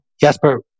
Jasper